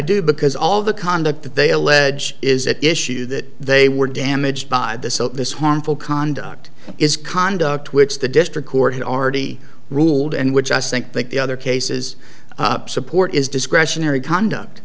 do because all the conduct that they allege is at issue that they were damaged by this so this harmful conduct is conduct which the district court has already ruled and which i think that the other cases support is discretionary conduct